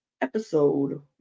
Episode